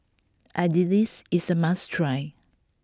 Idilis is a must try